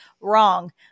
Wrong